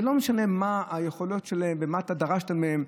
ולא משנה מה היכולות שלהם ומה אתה דרשת מהם,